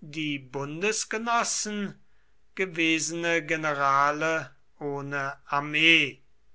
die bundesgenossen gewesene generale ohne armee